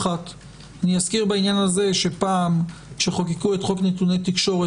אני אזכיר בעניין הזה שכשחוקקו את חוק נתוני תקשורת